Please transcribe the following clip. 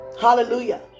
Hallelujah